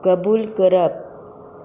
कबूल करप